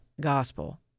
gospel